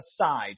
aside